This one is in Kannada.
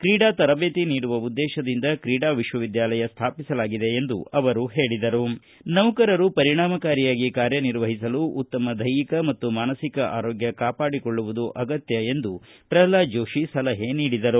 ಕ್ರೀಡಾ ತರಬೇತಿ ನೀಡುವ ಉದ್ದೇಶದಿಂದ ಕ್ರೀಡಾ ವಿಶ್ವವಿದ್ಯಾಲಯ ಸ್ಥಾಪಿಸಲಾಗಿದೆ ಎಂದು ಹೇಳಿದರು ನೌಕರರು ಪರಿಣಾಮಕಾರಿಯಾಗಿ ಕಾರ್ಯ ನಿರ್ವಹಿಸಲು ಉತ್ತಮ ದೈಹಿಕ ಮತ್ತು ಮಾನುಕ ಆರೋಗ್ಯ ಕಾಪಾಡಿಕೊಳ್ಳುವುದು ಅಗತ್ತ ಎಂದು ಪ್ರಲ್ವಾದ ಜೋಶಿ ಹೇಳಿದರು